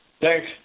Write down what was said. Thanks